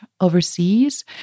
overseas